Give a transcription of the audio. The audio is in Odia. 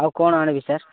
ଆଉ କ'ଣ ଆଣିବି ସାର୍